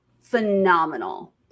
phenomenal